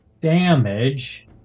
damage